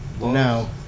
no